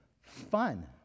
fun